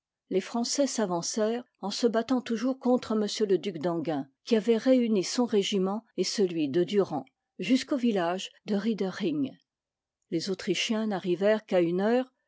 les français s'avancèrent en se battant toujours contre m le duc d'enghien qui avoit réuni son régiment et celui de durand jusqu'au village de riedcring les autrichiens n'arrivèrent qu'à une heure